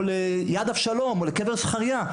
ל- ׳יד אבשלום׳ או לקבר זכריה,